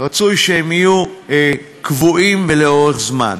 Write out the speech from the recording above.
רצוי שהם יהיו קבועים ולאורך זמן.